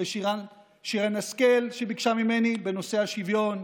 לשרן השכל, שביקשה ממני, בנושא השוויון.